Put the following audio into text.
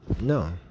no